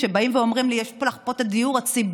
כשבאים ואומרים לי: יש לך פה את הדיור הציבורי,